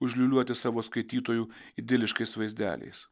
užliūliuoti savo skaitytojų idiliškais vaizdeliais